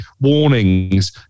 warnings